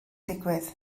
digwydd